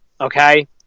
okay